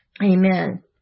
Amen